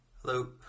Hello